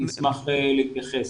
אשמח להתייחס.